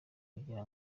kugira